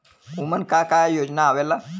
उमन का का योजना आवेला?